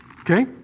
Okay